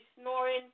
snoring